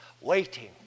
waiting